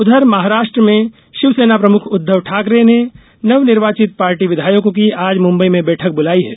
उघर महाराष्ट्र में शिवसेना प्रमुख उद्धव ठाकरे ने नवनिर्वाचित पार्टी विधायकों की आज मुंबई में बैठक बुलाई है